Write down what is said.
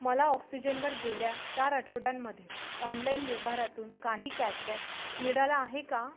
मला ऑक्सिजनवर गेल्या चार आठवड्यांमध्ये ऑनलाइन व्यवहारातून काही कॅशबॅक मिळाला आहे का